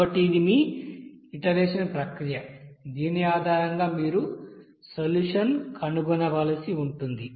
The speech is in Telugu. కాబట్టి ఇది మీ ఇటరేషన్ ప్రక్రియ దీని ఆధారంగా మీరు సొల్యూషన్ కనుగొనవలసి ఉంటుంది